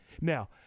Now